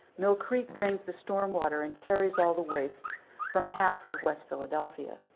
mill creek drains the storm water and carries all the wastes from half of west philadelphia.